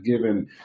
given